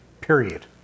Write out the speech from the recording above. period